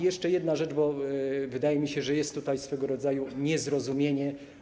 Jeszcze jedna rzecz, bo wydaje mi się, że jest tutaj swego rodzaju niezrozumienie.